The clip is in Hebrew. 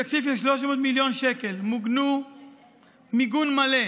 בתקציב של 300 מיליון שקל מוגנו מיגון מלא